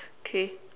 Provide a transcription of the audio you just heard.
okay